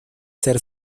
ser